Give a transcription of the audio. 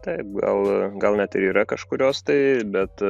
taip gal gal net ir yra kažkurios tai bet